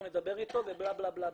אנחנו נדבר איתו" ובלה בלה.